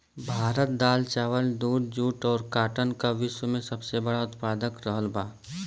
भारत दाल चावल दूध जूट और काटन का विश्व में सबसे बड़ा उतपादक रहल बा